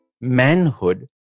manhood